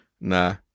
Nah